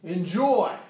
Enjoy